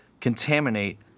contaminate